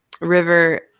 River